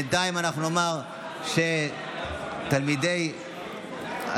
בינתיים אנחנו נאמר שתלמידי הישיבה